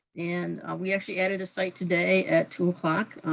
and we actually added a site today at two o'clock,